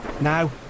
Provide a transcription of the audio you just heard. Now